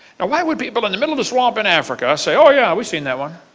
now why would people in the middle of the swamp in africa say, oh yeah, we've seen that one?